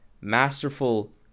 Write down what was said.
masterful